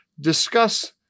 discuss